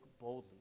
boldly